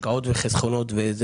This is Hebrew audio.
אם יש היום בשורה אני אצהל.